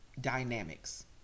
dynamics